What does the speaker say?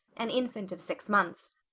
an infant of six months.